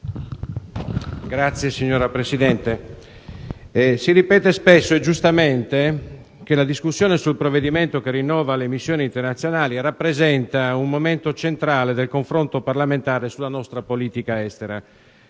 *(PD)*. Signora Presidente, si ripete spesso, e giustamente, che la discussione sul provvedimento che rinnova le missioni internazionali rappresenta un momento centrale del confronto parlamentare sulla nostra politica estera.